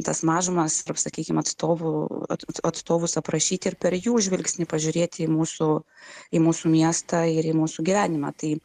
tas mažumas sakykim atstovų atstovus aprašyti ir per jų žvilgsnį pažiūrėti į mūsų į mūsų miestą ir į mūsų gyvenimą tai